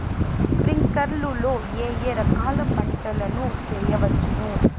స్ప్రింక్లర్లు లో ఏ ఏ రకాల పంటల ను చేయవచ్చును?